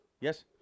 Yes